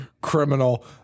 criminal